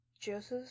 Joseph